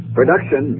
Production